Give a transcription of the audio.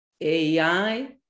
AI